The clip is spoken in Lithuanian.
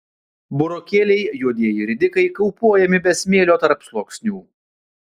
burokėliai juodieji ridikai kaupuojami be smėlio tarpsluoksnių